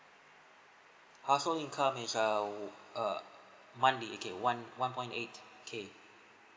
household income is err uh monthly okay one one point eight K